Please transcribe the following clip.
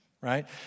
right